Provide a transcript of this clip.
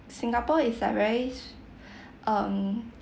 Singapore is like very um